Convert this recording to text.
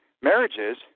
marriages